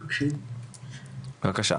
חגית, בבקשה.